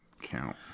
count